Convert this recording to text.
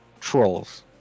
trolls